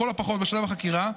לכל הפחות בשלב החקירה,